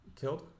killed